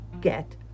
get